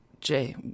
Jay